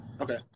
Okay